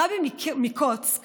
הרבי מקוצק